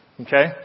Okay